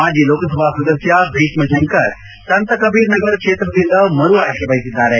ಮಾಜಿ ಲೋಕಸಭಾ ಸದಸ್ಯ ಭೀಷ್ನ ಶಂಕರ್ ಸಂತಕಬೀರ್ ನಗರ್ ಕ್ಷೇತ್ರದಿಂದ ಮರು ಆಯ್ನೆ ಬಯಸಿದ್ದಾರೆ